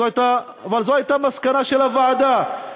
אבל זו הייתה המסקנה של הוועדה,